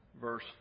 verse